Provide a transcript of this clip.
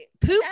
poop